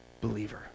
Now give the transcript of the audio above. believer